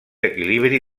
equilibri